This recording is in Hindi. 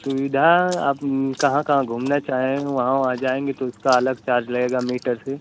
सुविधा आप कहाँ कहाँ घूमना चाहें वहाँ वहाँ जाएँगे तो उसका अलग चार्ज लगेगा मीटर से